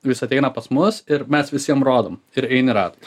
vis ateina pas mus ir mes visiem rodom ir eini ratais